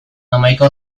hamaika